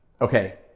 okay